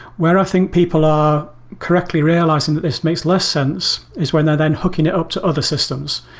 where i think people are correctly realizing that this makes less sense, is when they're then hooking it up to other systems.